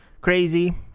crazy